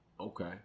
Okay